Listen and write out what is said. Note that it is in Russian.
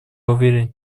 уверен